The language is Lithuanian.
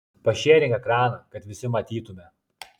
pašėrink ekraną kad visi matytume